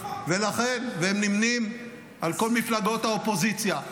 והם נמנים עם כל מפלגות האופוזיציה.